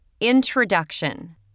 Introduction